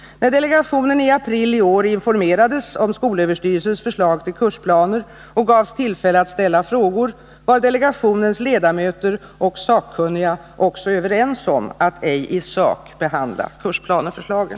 När delegationen i april i år informerades om skolöverstyrelsens förslag till kursplaner och gavs tillfälle att ställa frågor, var delegationens ledamöter och sakkunniga också överens om att ej i sak behandla kursplaneförslagen.